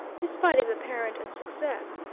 despite his apparent unsuccess,